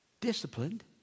disciplined